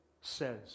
says